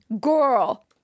girl